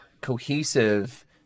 cohesive